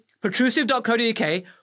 protrusive.co.uk